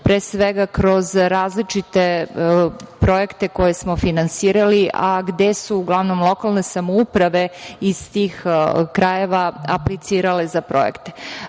pre svega kroz različite projekte koje smo finansirali, a gde su uglavnom lokalne samouprave iz tih krajeva aplicirale za projekte. Moram